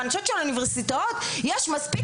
אבל אני חושבת שהאוניברסיטאות יש מספיק